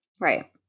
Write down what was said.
Right